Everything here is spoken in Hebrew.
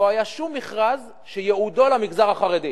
שום מכרז שייעודו למגזר החרדי.